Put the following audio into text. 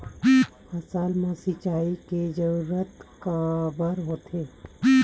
फसल मा सिंचाई के जरूरत काबर होथे?